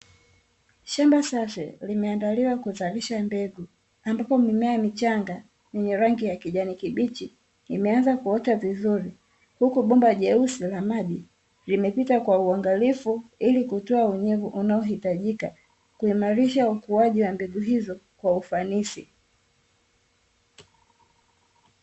Shamba safi limeandaliwa kuzalisha mbegu ambapo mimea michanga yenye rangi ya kijani kibichi imeanza kuota vizuri, huku bomba jeusi la maji limepita kwa uangalifu ilikutoa unyevu unaohitajika kuimarisha ukuaji wa mbegu hizo kwa ufanisi.